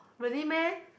really meh